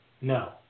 No